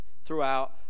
throughout